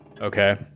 okay